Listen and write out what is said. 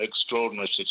extraordinary